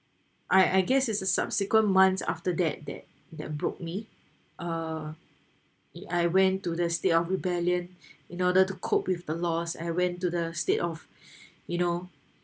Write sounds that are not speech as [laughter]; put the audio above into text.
I I guess is a subsequent months after that that that broke me uh I went to the state of rebellion [breath] in order to cope with the loss I went to the state of [breath] you know